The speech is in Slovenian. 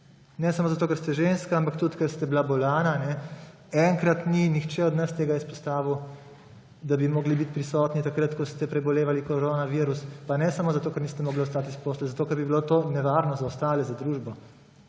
ne samo zato, ker ste ženska, ampak tudi, ko ste bili bolni. Enkrat ni nihče od nas tega izpostavil, da bi morali biti prisotni takrat, ko ste prebolevali koronavirus, pa ne samo zato, ker niste mogli vstati iz postelje, zato ker bi bilo to nevarno za ostale, za družbo